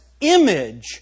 image